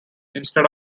instead